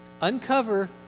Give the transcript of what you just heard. Uncover